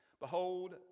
Behold